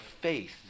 faith